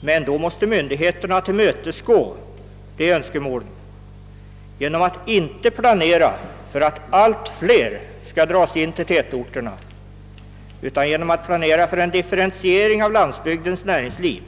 Myndigheterna måste tillmötesgå de önskemålen genom att inte planera för att allt fler skall dras in till tätorterna utan i stället planera för att åstadkomma en differentiering av landsbygdens näringsliv